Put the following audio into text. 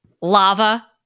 lava